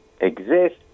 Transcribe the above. exist